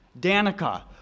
Danica